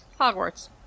Hogwarts